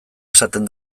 esaten